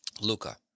Luca